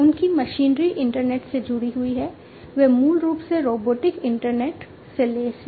उनकी machinery internet से जुड़ी हुई हैं वे मूल रूप से रोबोटिक इंटरनेट से लैस हैं